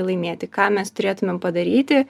laimėti ką mes turėtumėm padaryti